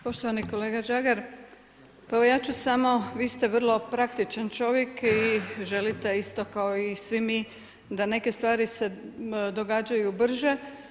Poštovani kolega Žagar, pa evo, ja ću samo, vi ste vrlo praktičan čovjek i želite isto kao i svi mi, da neke stvari se događaju brže.